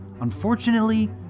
Unfortunately